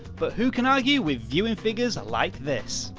but who can argue with viewing figures like this?